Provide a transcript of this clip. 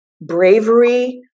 bravery